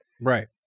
right